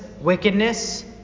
wickedness